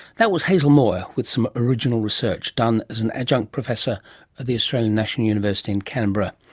that was hazel moir with some original research done as an adjunct professor at the australian national university in canberra.